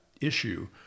issue